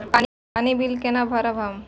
पानी बील केना भरब हम?